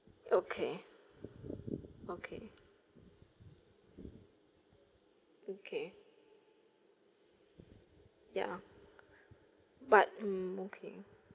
okay okay okay ya but mm okay